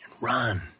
run